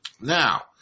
Now